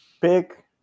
Pick